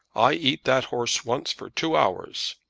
i eat that horse once for two hours.